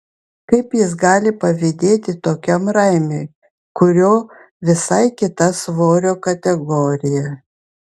kaip jis gali pavydėti tokiam raimiui kurio visai kita svorio kategorija